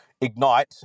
ignite